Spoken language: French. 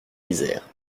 isère